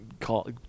Call